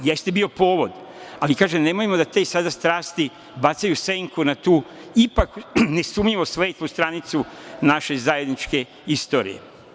Jeste bio povod, ali, kažem, nemojmo da te sada strasti bacaju senku na tu, ipak nesumnjivo, slepu stranicu naše zajedničke istorije.